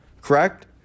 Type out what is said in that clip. correct